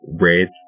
red